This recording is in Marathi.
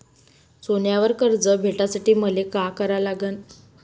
सोन्यावर कर्ज भेटासाठी मले का करा लागन?